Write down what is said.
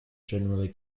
generally